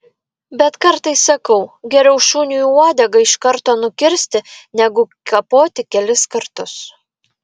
bet kartais sakau geriau šuniui uodegą iš karto nukirsti negu kapoti kelis kartus